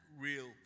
real